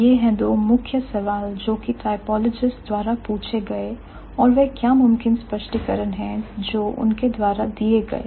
यह हैं दो मुख्य सवाल जोकि typologists द्वारा पूछे गए और वह क्या मुमकिन स्पष्टीकरण हैं जो उनके द्वारा दिए गए